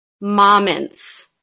moments